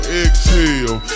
exhale